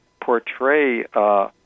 portray